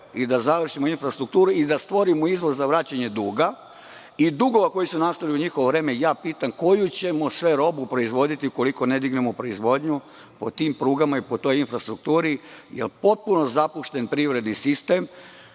i završimo infrastrukturu i stvorimo izvoz za vraćanje duga i dugova koji su nastali u njihovo vreme, pitam koju ćemo sve robu proizvoditi ukoliko ne dignemo proizvodnju po tim prugama i toj infrastrukturi jer je potpuno zapušten privredni sistem?